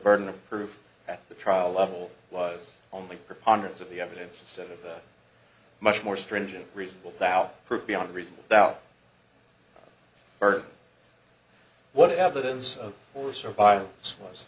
burden of proof at the trial level was only preponderance of the evidence so much more stringent reasonable doubt proof beyond reasonable doubt heard what evidence of force or violence was